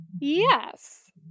Yes